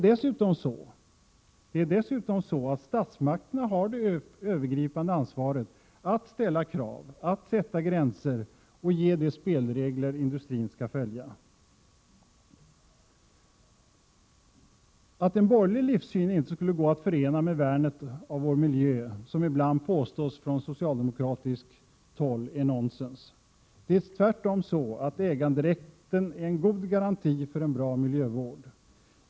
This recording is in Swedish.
Dessutom är det statsmakterna som har det övergripande ansvaret att ställa krav, sätta gränser och ge de spelregler som industrin skall följa. Att en borgerlig livssyn inte skulle gå att förena med värnet av vår miljö, vilket ibland påstås från socialdemokratiskt håll, är nonsens. Tvärtom är äganderätten en god garanti för bra miljövård.